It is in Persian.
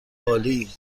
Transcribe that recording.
عالی